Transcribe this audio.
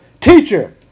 Teacher